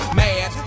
mad